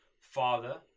father